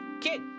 kid